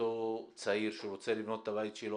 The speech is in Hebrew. שאותו צעיר שרוצה לבנות את הבית שלו,